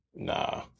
Nah